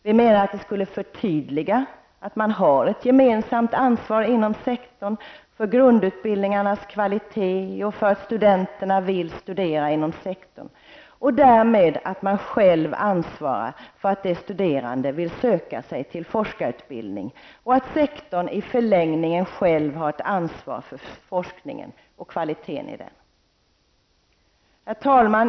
Vi menar att det skulle förtydliga att man har ett gemensamt ansvar inom sektorn för grundutbildningarnas kvalitet och för att studenterna vill studera inom sektorn och därmed att man själv ansvarar för att de studerande vill söka sig till forskarutbildning och att sektorn i förlängningen själv har ett ansvar forskningen och kvaliteten i den. Herr talman!